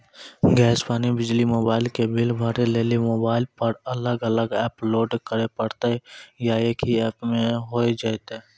Gas, पानी, बिजली, mobile के बिल भरे लेली मोबाइल पर अलग अलग एप्प लोड करे परतै या एक ही एप्प से होय जेतै?